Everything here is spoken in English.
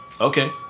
Okay